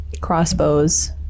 crossbows